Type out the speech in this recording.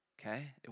okay